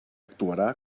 actuarà